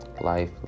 life